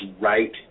right